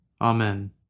Amen